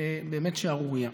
באמת שערורייה.